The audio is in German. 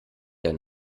der